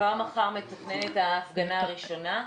כבר מחר מתוכננת ההפגנה הראשונה.